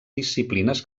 disciplines